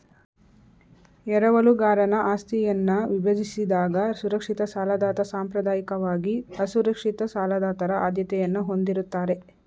ಎರವಲುಗಾರನ ಆಸ್ತಿಯನ್ನ ವಿಭಜಿಸಿದಾಗ ಸುರಕ್ಷಿತ ಸಾಲದಾತ ಸಾಂಪ್ರದಾಯಿಕವಾಗಿ ಅಸುರಕ್ಷಿತ ಸಾಲದಾತರ ಆದ್ಯತೆಯನ್ನ ಹೊಂದಿರುತ್ತಾರೆ